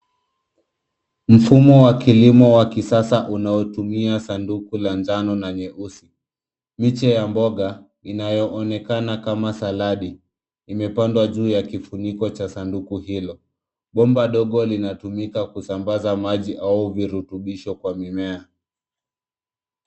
Mfumo wa kilimo wa kisasa unaotumia sanduku la njano na nyeusi. Miche ya mboga inayoonekana kama saladi, imepandwa juu ya kifuniko cha sanduku hilo. Bomba ndogo linatumika kusambaza maji au virutubisho kwa mimea.